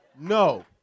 No